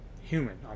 human